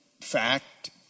fact